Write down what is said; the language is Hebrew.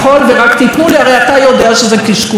ו"רק תיתנו לי" הרי אתה יודע שזה קשקוש,